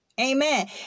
amen